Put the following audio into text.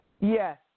Yes